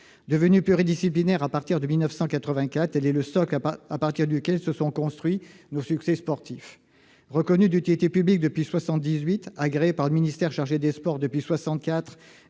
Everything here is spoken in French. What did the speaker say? Devenue pluridisciplinaire en 1984, elle est le socle à partir duquel se sont construits nos succès sportifs. Reconnue d'utilité publique depuis 1978, agréée par le ministère chargé des sports depuis 1964